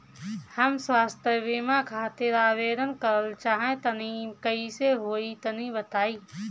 हम स्वास्थ बीमा खातिर आवेदन करल चाह तानि कइसे होई तनि बताईं?